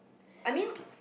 I mean